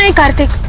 ah kartik